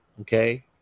Okay